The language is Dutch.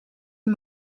hem